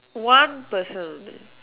one person only